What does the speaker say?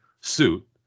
suit